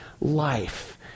life